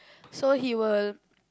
so he will